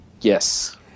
Yes